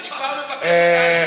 אני כבר מבקש שתאשר.